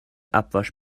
abwasch